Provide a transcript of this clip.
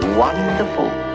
wonderful